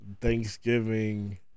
Thanksgiving